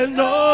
no